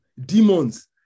demons